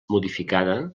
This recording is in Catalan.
modificada